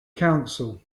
council